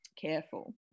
careful